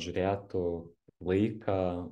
žiūrėtų laiką